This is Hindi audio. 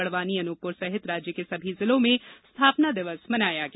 बड़वानी अनूपपुर सहित राज्य के सभी जिलों में स्थापना दिवस मनाया गया